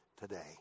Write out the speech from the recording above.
today